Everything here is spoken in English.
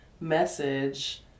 message